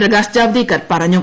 പ്രകാശ് ജാവ്ദേക്കർ പറഞ്ഞു